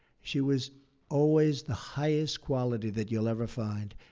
she was always the highest quality that you'll ever find.